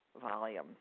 volume